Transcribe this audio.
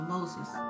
Moses